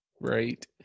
Right